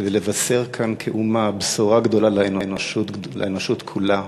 כדי לבשר כאן כאומה בשורה גדולה לאנושות כולה.